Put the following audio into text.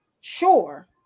sure